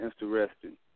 interesting